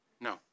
No